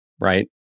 right